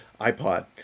ipod